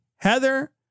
Heather